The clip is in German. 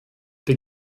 der